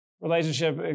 relationship